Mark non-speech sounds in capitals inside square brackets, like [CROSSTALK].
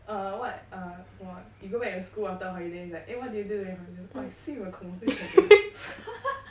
err what err what fo~ you go back to school after holidays like eh what do you during holidays oh I swim with a komodo dragon [LAUGHS]